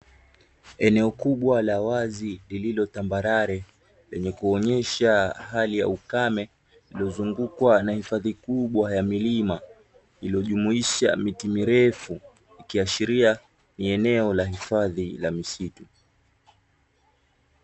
Eneo kubwa la wazi lililo tambarare, lenye kuonyesha hali ya ukame. Lililozungukwa na hifadhi kubwa ya milima iliyojumuisha miti mirefu, ikiashiria ni ene la hifadhi la misitu.